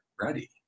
ready